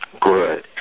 Good